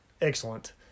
excellent